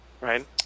right